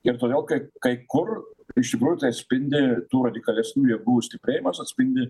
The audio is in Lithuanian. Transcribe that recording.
ir toliau kai kai kur iš tikrųjų tai atspindi tų radikalesnių jėgų stiprėjimas atspindi